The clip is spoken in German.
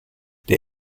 der